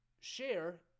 Share